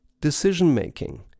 decision-making